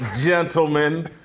gentlemen